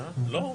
כן.